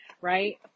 right